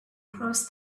across